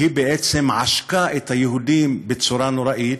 והיא עשקה את היהודים בצורה נוראית,